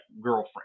girlfriend